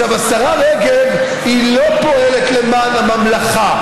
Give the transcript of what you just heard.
השרה רגב היא לא פועלת למען הממלכה,